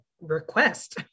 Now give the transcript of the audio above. request